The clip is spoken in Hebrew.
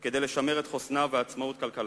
כדי לשמר את חוסנה ואת עצמאות כלכלתה,